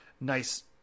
nice